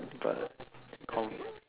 but confirm